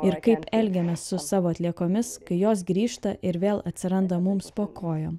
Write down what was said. ir kaip elgiamės su savo atliekomis kai jos grįžta ir vėl atsiranda mums po kojom